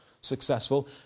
successful